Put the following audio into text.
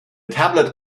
tablet